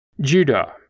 Judah